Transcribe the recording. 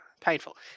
painful